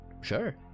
Sure